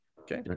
Okay